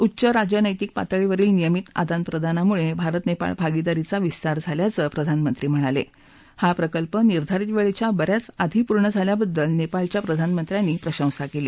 उच्च राजनैतिक पातळीवरील नियमित आदानप्रदानामुळ झारत नप्राळ भागिदारीचा विस्तार झाल्याचं प्रधानमंत्री म्हणाल िहा प्रकल्प निर्धारित वळिखा ब याच आधी पूर्ण झाल्याबद्दल नस्तिळच्या प्रधानमंतत्र्यांनी प्रशांसा कली